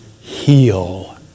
heal